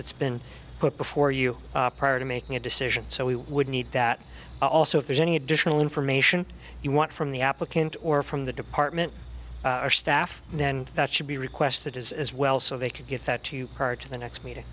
that's been put before you prior to making a decision so we would need that also if there's any additional information you want from the applicant or from the department or staff then that should be requested as well so they can get that part to the next me